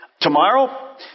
Tomorrow